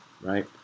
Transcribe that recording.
right